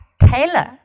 Taylor